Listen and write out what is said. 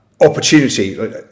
opportunity